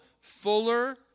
fuller